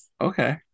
okay